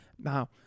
now